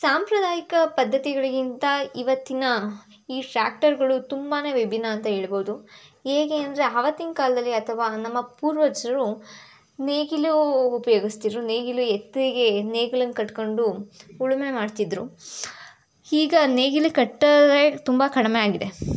ಸಾಂಪ್ರದಾಯಿಕ ಪದ್ಧತಿಗಳಿಗಿಂತ ಇವತ್ತಿನ ಈ ಟ್ರ್ಯಾಕ್ಟರ್ಗಳು ತುಂಬಾ ವಿಭಿನ್ನ ಅಂತ ಹೇಳ್ಬೋದು ಹೇಗೆ ಅಂದರೆ ಅವತ್ತಿನ ಕಾಲದಲ್ಲಿ ಅಥವಾ ನಮ್ಮ ಪೂರ್ವಜರು ನೇಗಿಲು ಉಪಯೋಗಿಸ್ತಿದ್ರು ನೇಗಿಲು ಎತ್ತಿಗೆ ನೇಗಿಲನ್ನು ಕಟ್ಕಂಡು ಉಳುಮೆ ಮಾಡ್ತಿದ್ದರು ಈಗ ನೇಗಿಲು ಕಟ್ಟೋದೆ ತುಂಬ ಕಡಿಮೆ ಆಗಿದೆ